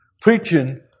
preaching